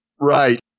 Right